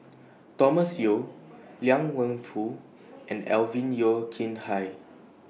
Thomas Yeo Liang Wenfu and Alvin Yeo Khirn Hai